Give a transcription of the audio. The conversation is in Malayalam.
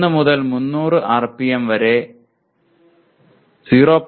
1 മുതൽ 300 ആർപിഎം വരെ 0